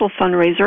fundraiser